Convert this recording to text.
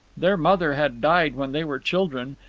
their mother had died when they were children,